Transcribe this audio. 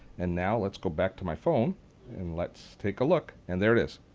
and now let's go back to my phone and let's take a look and there it is.